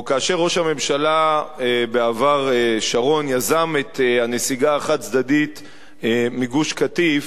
או כאשר ראש הממשלה בעבר שרון יזם את הנסיגה החד-צדדית מגוש-קטיף,